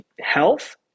health